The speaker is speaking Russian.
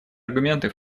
аргументы